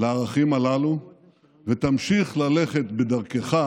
לערכים הללו ותמשיך ללכת בדרכך,